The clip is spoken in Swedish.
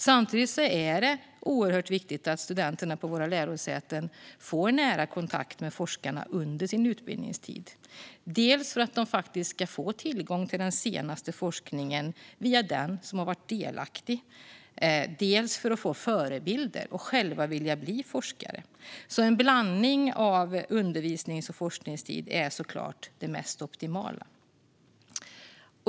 Samtidigt är det oerhört viktigt att studenterna på våra lärosäten får nära kontakt med forskarna under sin utbildningstid. Det är dels för att de ska få tillgång till den senaste forskningen via den som har varit delaktig, dels för att de ska få förebilder och själva vilja bli forskare. En blandning av undervisnings och forskningstid är såklart det mest optimala.